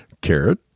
Carrot